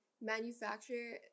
manufacture